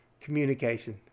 Communication